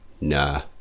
Nah